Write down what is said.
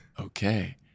Okay